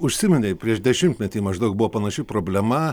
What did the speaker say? užsiminei prieš dešimtmetį maždaug buvo panaši problema